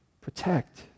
protect